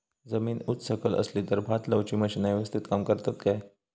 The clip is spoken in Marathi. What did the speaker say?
जमीन उच सकल असली तर भात लाऊची मशीना यवस्तीत काम करतत काय?